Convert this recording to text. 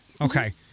Okay